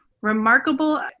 remarkable